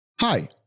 hi